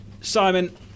Simon